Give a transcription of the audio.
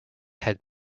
had